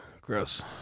gross